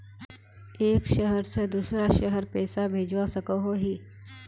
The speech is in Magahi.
एक शहर से दूसरा शहर पैसा भेजवा सकोहो ही?